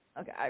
okay